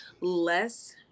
less